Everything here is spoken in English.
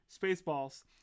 Spaceballs